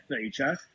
feature